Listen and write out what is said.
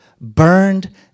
burned